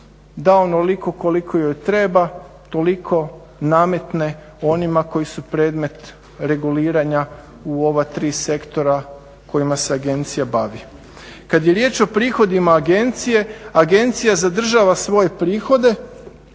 da onoliko koliko joj treba toliko nametne onima koji su predmet reguliranja u ova tri sektora kojima se agencija bavi. Kad je riječ o prihodima agencije, agencija zadržava svoje prihode